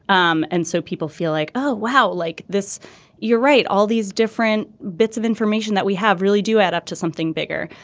um and so people feel like oh wow like this you're right. all these different bits of information that we have really do add up to something bigger.